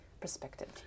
Perspective